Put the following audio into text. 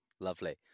Lovely